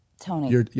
Tony